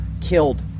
killed